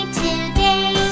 today